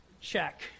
Check